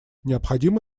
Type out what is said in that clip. необходимо